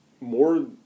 more